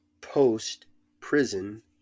post-prison